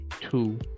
two